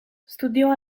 studiò